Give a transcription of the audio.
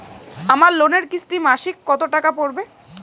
আমার লোনের কিস্তি মাসিক কত টাকা পড়বে?